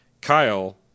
Kyle